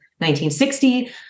1960